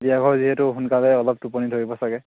বিয়াঘৰ যিহেতু সোনকালে অলপ টোপনি ধৰিব চাগে